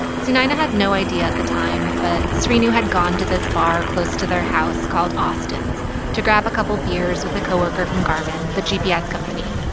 sunayana had no idea at the time, but srinu had gone to this bar close to their house called austin's to grab a couple beers with a coworker from garmin, the gps company.